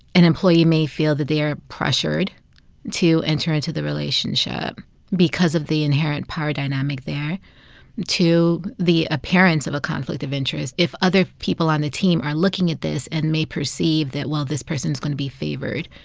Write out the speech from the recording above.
an employee may feel that they are pressured to enter into the relationship because of the inherent power dynamic there to the appearance of a conflict of interest if other people on the team are looking at this and may perceive that, well, this person's going to be favored.